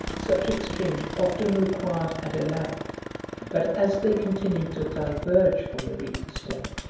such exchange often required and allowed but as they continued to diverge from the regal stem,